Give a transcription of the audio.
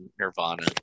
Nirvana